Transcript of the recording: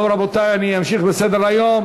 טוב, רבותי, אני אמשיך בסדר-היום.